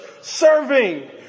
serving